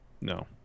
No